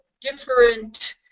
different